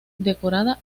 decorada